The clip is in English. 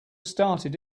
started